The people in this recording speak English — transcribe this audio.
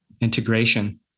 integration